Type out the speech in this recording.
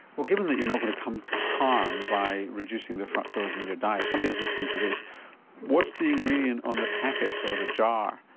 well given that you're not going to come to harm by reducing the fructose in your diet somebody who's listening to this what's the ingredient on the packet, or the jar,